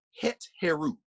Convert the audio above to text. Het-heru